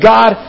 God